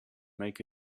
make